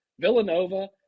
Villanova